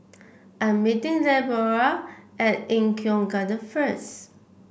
I'm meeting Leora at Eng Kong Garden first